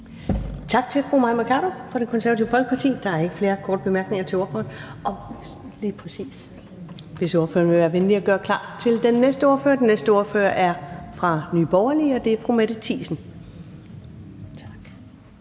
Tak til fru Mai Mercado fra Det Konservative Folkeparti. Der er ikke flere korte bemærkninger til ordføreren. Vil ordføreren være venlig at gøre klar til den næste ordfører? Tak. Den næste ordfører er fra Nye Borgerlige, og det er fru Mette Thiesen. Kl.